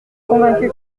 convaincue